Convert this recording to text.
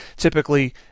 typically